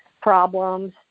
problems